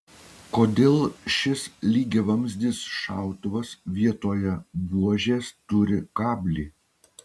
kodėl šis lygiavamzdis šautuvas vietoje buožės turi kablį